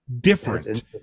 different